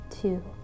two